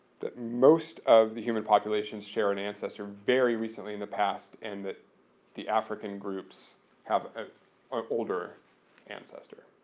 that most of the human populations share an ancestor very recently in the past and that the african groups have ah an older ancestor.